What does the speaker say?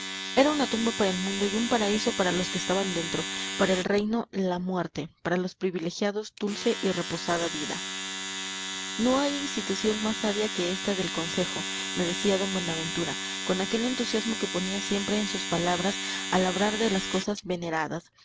era una tumba para el mundo y un paraíso para los que estaban dentro para el reino la muerte para los privilegiados dulce y reposada vida no hay institución más sabia que esta del consejo me decía d buenaventura con aquel entusiasmo que ponía siempre en sus palabras al hablar de las cosas venerandas